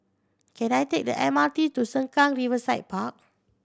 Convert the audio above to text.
can I take the M R T to Sengkang Riverside Park